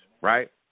right